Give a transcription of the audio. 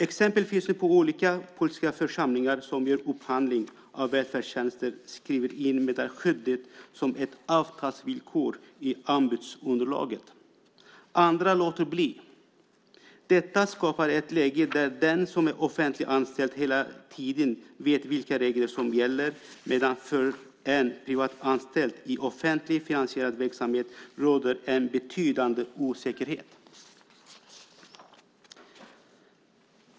Exempel finns nu på att olika politiska församlingar som gör upphandling av välfärdstjänster skriver in meddelarskyddet som ett avtalsvillkor i anbudsunderlaget. Andra låter bli. Detta skapar ett läge där den som är offentliganställd hela tiden vet vilka regler som gäller medan det för en privatanställd i offentligt finansierad verksamhet råder en betydande osäkerhet.